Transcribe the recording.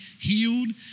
healed